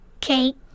Cake